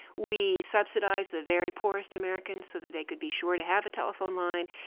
we subsidize the very poorest americans, so that they could be sure to have a telephone line,